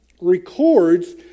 records